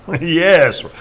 Yes